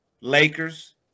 Lakers